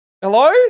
Hello